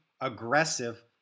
aggressive